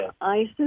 ISIS